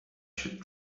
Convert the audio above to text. should